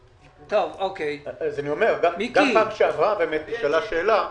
גם בישיבה הקודמת נשאלה שאלה.